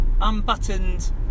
unbuttoned